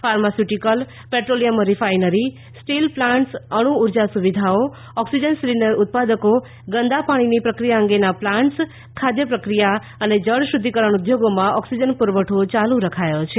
pharmaceutical petroleum refinery steel plants અણુ ઊર્જા સુવિધાઓ ઓક્સિજન સિલિન્ડર ઉત્પાદકો ગંદા પાણીની પ્રક્રિયા અંગેના પ્લાન્ટ્સ ખાદ્ય પ્રક્રિયા અને જળ શુદ્ધિકરણ ઉદ્યોગોમાં ઓક્સિજન પુરવઠો ચાલુ રખાયો છે